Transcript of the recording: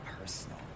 personal